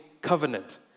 covenant